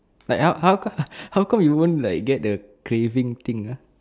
like how how how come you won't get the craving thing uh